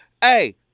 Hey